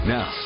Now